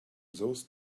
those